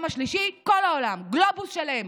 העולם השלישי, כל העולם, גלובוס שלם.